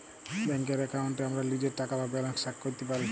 ব্যাংকের এক্কাউন্টে আমরা লীজের টাকা বা ব্যালান্স চ্যাক ক্যরতে পারি